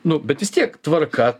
nu bet vis tiek tvarka